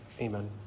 Amen